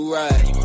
right